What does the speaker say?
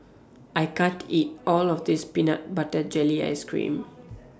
I can't eat All of This Peanut Butter Jelly Ice Cream